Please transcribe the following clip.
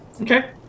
Okay